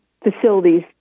facilities